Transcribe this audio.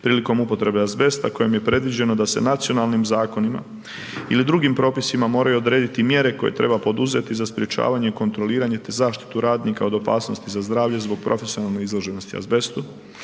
prilikom upotrebe azbesta kojom je predviđeno da se nacionalnim zakonima ili drugim propisima moraju odrediti mjere koje treba poduzeti za sprečavanje i kontroliranje te zaštitu radnika od opasnosti za zdravlje zbog profesionalne izloženosti azbestu